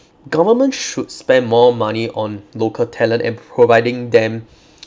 government should spend more money on local talent and providing them